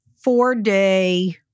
four-day